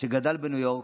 שגדל בניו יורק,